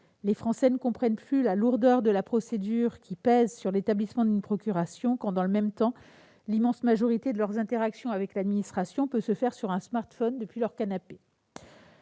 Les Français ne comprennent plus la lourdeur de la procédure qui pèse sur l'établissement d'une procuration quand, dans le même temps, l'immense majorité de leurs interactions avec l'administration peut se faire sur un smartphone depuis leur canapé.